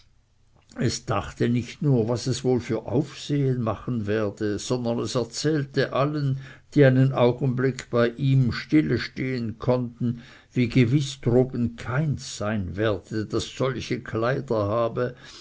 es dachte nicht nur was es wohl für aufsehen machen werde sondern es erzählte allen die einen augenblick bei ihm stillestehen konnten wie gewiß droben keins sein werde das solche kleider habe